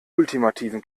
ultimativen